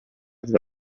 delle